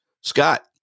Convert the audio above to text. Scott